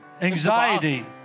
anxiety